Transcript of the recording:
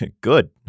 Good